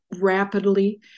rapidly